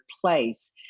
place